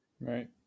right